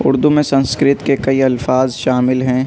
اردو میں سنسکرت کے کئی الفاظ شامل ہیں